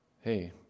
hey